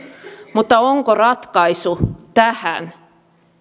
mutta onko ratkaisu tähän